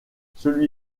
celui